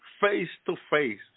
face-to-face